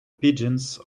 pigeons